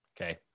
Okay